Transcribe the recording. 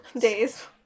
days